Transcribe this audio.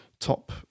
top